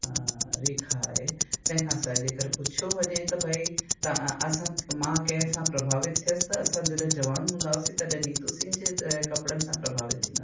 रेखा आहे तंहिंखां सवाइ अगरि पुछो वञे त भई तव्हां असां मां कंहिं सां प्रभावित थियसि त असां जॾहिं जवान हूंदा हुआसीं तॾहिं नीतू सिंग जे त कपिड़नि सां प्रभावित थींदा